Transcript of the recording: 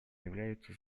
являются